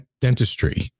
dentistry